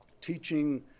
teaching